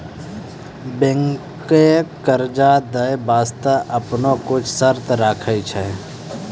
बैंकें कर्जा दै बास्ते आपनो कुछ शर्त राखै छै